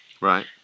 Right